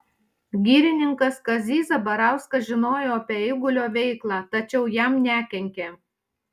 girininkas kazys zabarauskas žinojo apie eigulio veiklą tačiau jam nekenkė